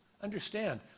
Understand